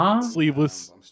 sleeveless